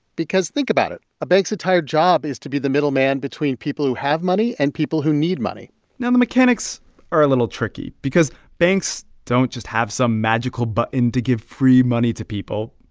because think about it. a bank's entire job is to be the middleman between people who have money and people who need money now, the mechanics are a little tricky because banks don't just have some magical button to give free money to people,